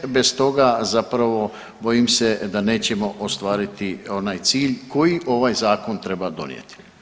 Sve bez toga zapravo bojim se da nećemo ostvariti onaj cilj koji ovaj zakon treba donijeti.